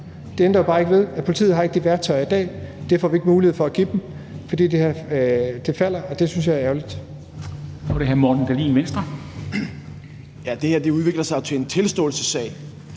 Det ændrer jo bare ikke ved, at politiet ikke har de værktøjer i dag, og det får vi ikke mulighed for at give dem, fordi det her falder, og det synes jeg er ærgerligt. Kl. 11:05 Formanden (Henrik Dam Kristensen):